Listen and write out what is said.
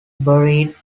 buried